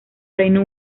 reino